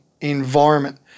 environment